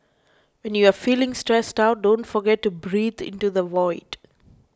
when you are feeling stressed out don't forget to breathe into the void